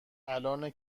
الانه